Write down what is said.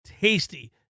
tasty